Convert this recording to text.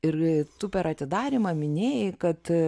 ir tu per atidarymą minėjai kad